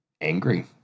angry